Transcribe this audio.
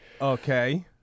Okay